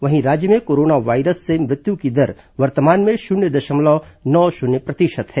वहीं राज्य में कोरोना वायरस से मृत्यु की दर वर्तमान में शन्य दशमलव नौ शन्य प्रतिशत है